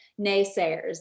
naysayers